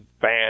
fan